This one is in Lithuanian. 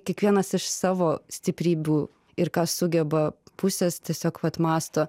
kiekvienas iš savo stiprybių ir ką sugeba pusės tiesiog vat mąsto